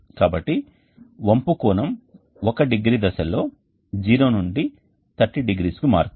కాబట్టి వంపు కోణం ఒక డిగ్రీ దశల్లో 0 నుండి 30 డిగ్రీస్ కి మారుతుంది